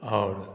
आओर